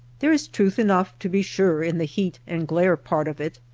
there is truth enough, to be sure, in the heat and glare part of it,